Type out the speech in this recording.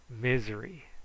misery